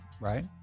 right